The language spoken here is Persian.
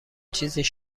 چیزیش